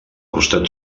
costat